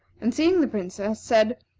and seeing the princess, said